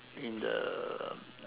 in the